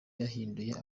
yahinduye